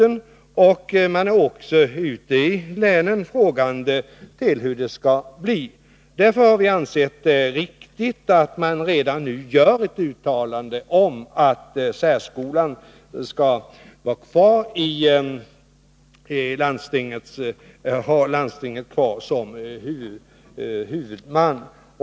Man ställer sig också ute i länen frågande till hur det skall bli. Därför har vi ansett att det är riktigt att man redan nu gör ett uttalande om att särskolan skall ha kvar landstinget som huvudman.